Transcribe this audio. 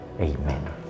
Amen